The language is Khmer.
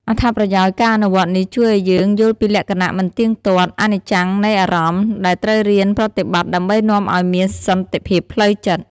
អត្ថប្រយោជន៍ ការអនុវត្តន៍នេះជួយឲ្យយើងយល់ពីលក្ខណៈមិនទៀងទាត់ អនិច្ចំនៃអារម្មណ៍ ដែលត្រូវរៀនប្រត្តិបត្តិដើម្បីនាំឲ្យមានសន្តិភាពផ្លូវចិត្ត។